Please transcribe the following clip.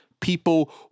people